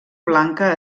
blanca